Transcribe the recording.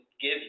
give